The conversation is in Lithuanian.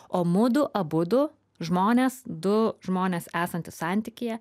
o mudu abudu žmonės du žmonės esantys santykyje